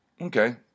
Okay